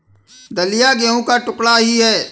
दलिया गेहूं का टुकड़ा ही है